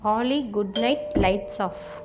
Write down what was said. ally good night lights off